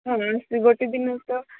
ହଁ ମିଳୁଛି ଗୋଟେ ଦିନରେ ତ